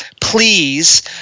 please